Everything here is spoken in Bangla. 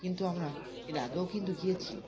কিন্তু আমরা এর আগেও কিন্তু গিয়েছি